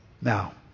now